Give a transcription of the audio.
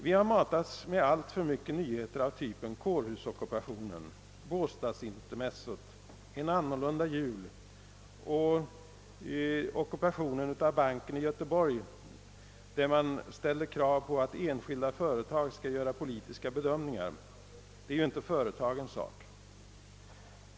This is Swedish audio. Vi har matats med alltför mycket nyheter av typen kårhusockupationen, båstadsintermezzot, ockupationen av banken i Göteborg, där man ställde krav på att enskilda företag skulle göra politiska bedömningar — vilket inte är företagens sak — och en annorlunda jul.